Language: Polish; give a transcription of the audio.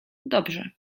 dobrze